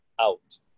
out